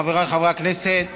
חבריי חברי הכנסת,